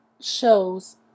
shows